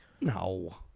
No